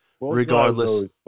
Regardless